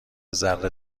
ذره